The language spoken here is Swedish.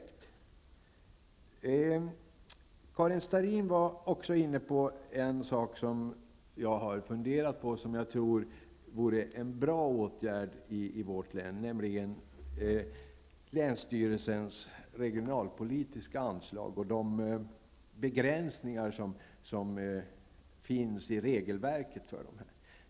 Karin Starrin var också inne på en sak som jag har funderat över och som jag tror vore en bra åtgärd i vårt län, nämligen länsstyrelsens regionalpolitiska anslag och de begränsningar som finns i regelverket för den.